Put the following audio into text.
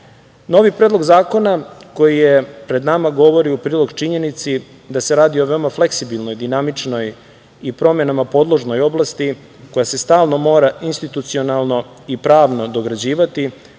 predlog zakona koji je pred nama govori u prilog činjenici da se radi o veoma fleksibilnoj, dinamičnoj i promenama podložnoj oblasti, koja se stalno mora institucionalno i pravno dograđivati,